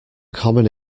common